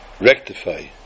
rectify